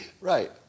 Right